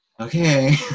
Okay